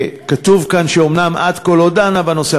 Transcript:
כתוב כאן שאומנם עד כה היא לא דנה בנושא,